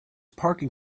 parking